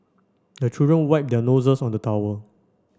the children wipe their noses on the towel